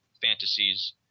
fantasies